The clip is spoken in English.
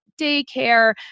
daycare